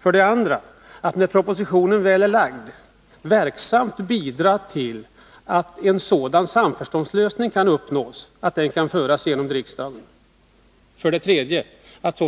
För det andra: När propositionen väl är lagd bör man verksamt bidra till att en sådan samförståndslösning kan uppnås att propositionen kan föras genom riksdagen. Det har inte gjorts.